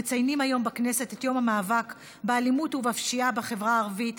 מציינים היום בכנסת את יום המאבק באלימות ובפשיעה בחברה הערבית